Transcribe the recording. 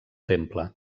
temple